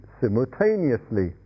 simultaneously